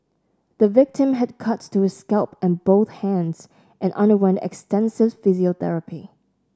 the victim had cuts to his scalp and both hands and underwent extensive physiotherapy